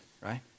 right